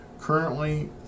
currently